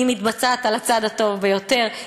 היא מתבצעת על הצד הטוב ביותר.